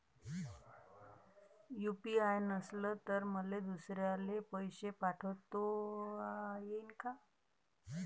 UPI नसल तर मले दुसऱ्याले पैसे पाठोता येईन का?